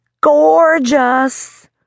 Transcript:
gorgeous